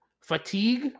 fatigue